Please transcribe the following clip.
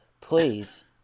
please